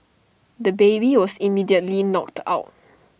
the baby was immediately knocked out